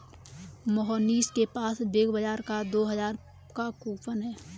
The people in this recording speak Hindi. मोहनीश के पास बिग बाजार का दो हजार का कूपन है